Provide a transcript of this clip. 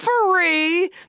free